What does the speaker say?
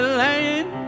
land